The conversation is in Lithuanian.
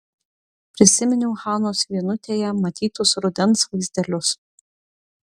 prisiminiau hanos vienutėje matytus rudens vaizdelius